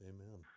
Amen